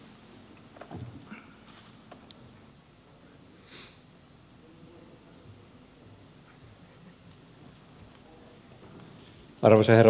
arvoisa herra puhemies